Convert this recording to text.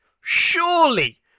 surely